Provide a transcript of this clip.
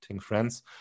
friends